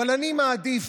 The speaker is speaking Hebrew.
אבל אני מעדיף,